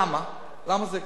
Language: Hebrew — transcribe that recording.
למה זה קרה?